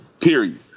period